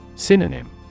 Synonym